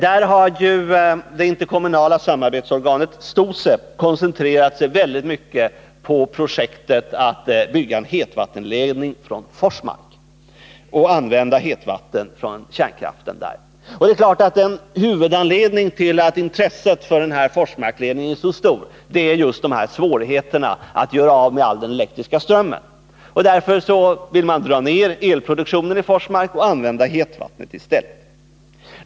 Där har det interkommunala samarbetsorganet STOSEB koncentrerat sig mycket på projektet att bygga en hetvattenledning från Forsmark. En huvudanledning till att intresset för denna Forsmarksledning är så stort är just svårigheterna att göra sig av med all elektrisk ström. Därför vill man dra ned på elproduktionen i Forsmark och använda hetvattnet i stället.